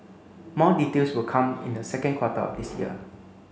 more details will come in the second quarter of this year